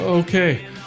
Okay